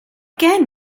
gen